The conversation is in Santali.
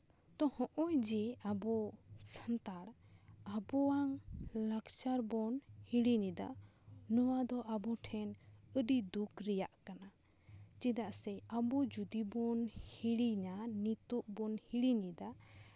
ᱛᱚ ᱦᱚᱜᱼᱚᱭ ᱡᱮ ᱟᱵᱚ ᱥᱟᱱᱛᱟᱲ ᱟᱵᱚᱣᱟᱝ ᱞᱟᱠᱪᱟᱨ ᱵᱚᱱ ᱦᱤᱲᱤᱧᱮᱫᱟ ᱱᱚᱣᱟ ᱫᱚ ᱟᱵᱚ ᱴᱷᱮᱱ ᱟᱹᱰᱤ ᱫᱩᱠ ᱨᱮᱭᱟᱜ ᱠᱟᱱᱟ ᱪᱮᱫᱟᱜ ᱥᱮ ᱟᱵᱚ ᱡᱚᱫᱤ ᱵᱚᱱ ᱦᱤᱲᱤᱧᱟ ᱱᱤᱛᱚᱜ ᱵᱚᱱ ᱦᱤᱲᱤᱧᱮᱫᱟ